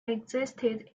existed